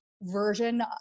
version